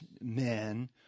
men